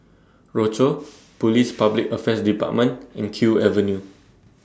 Rochor Police Public Affairs department and Kew Avenue